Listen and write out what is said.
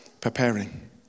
preparing